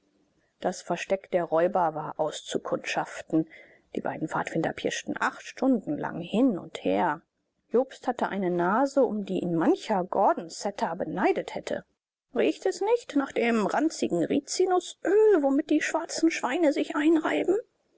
der versteck der räuber war auszukundschaften die beiden pfadfinder pirschten acht stunden lang hin und her jobst hatte eine nase um die ihn mancher gordonsetter beneiden konnte riecht es nicht nach dem ranzigen rizinusöl womit die schwarzen schweine sich einreiben